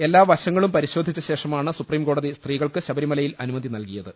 എല്ലാ വശങ്ങളും പരിശോധിച്ച ശേഷമാണ് സുപ്രീംകോടതി സ്ത്രീകൾക്ക് ശബരിമലയിൽ അനുമതി നൽകിയത്